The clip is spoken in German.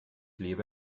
lebe